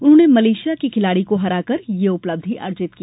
उन्होंने मलेशिया की खिलाड़ी को हराकर ये उपलब्धि अर्जित की